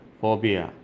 phobia